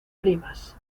primas